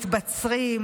מתבצרים,